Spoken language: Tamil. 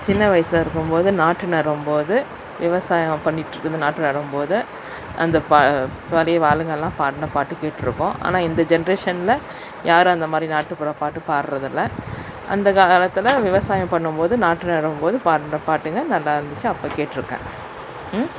சின்ன வயசா இருக்கும்போது நாற்று நடும்போது விவசாயம் பண்ணிட்டு நாற்று நடும்போது அந்த பழைய ஆளுங்களாம் பாடின பாட்டு கேட்டிருக்கோம் ஆனால் இந்த ஜெனரேஷன்ல யாரும் அந்தமாதிரி நாட்டுப்புற பாட்டு பாடுவதில்ல அந்த காலத்தில் விவசாயம் பண்ணும்போது நாற்று நடும்போது பாடின பாட்டுங்க நல்லாயிருந்துச்சு அப்போ கேட்ருக்கேன் ம்